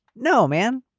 no, man.